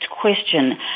question